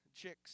chicks